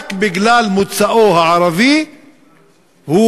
רק בגלל מוצאו הערבי הוא